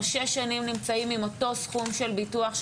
שש שנים נמצאים עם אותו סכום של ביטוח,